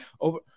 Over